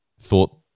thought